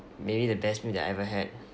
maybe the best meal that I ever had